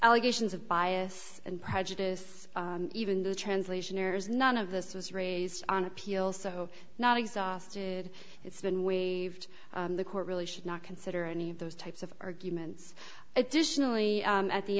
allegations of bias and prejudice even the translation errors none of this was raised on appeal so not exhausted it's been waived the court really should not consider any of those types of arguments additionally at the